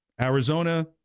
Arizona